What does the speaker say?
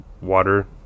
water